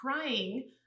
crying